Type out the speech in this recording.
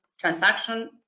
transaction